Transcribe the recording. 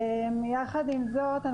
עם זאת,